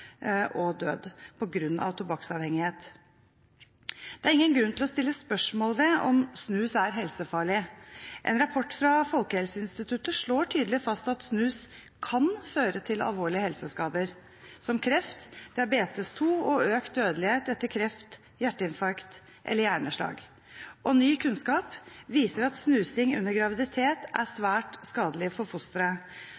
og død på grunn av tobakkavhengighet. Det er ingen grunn til å stille spørsmål ved om snus er helsefarlig. En rapport fra Folkehelseinstituttet slår tydelig fast at snus kan føre til alvorlige helseskader, som kreft og diabetes 2, og økt dødelighet etter kreft, hjerteinfarkt og hjerneslag. Ny kunnskap viser at snusing under graviditet er